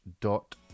dot